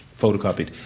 photocopied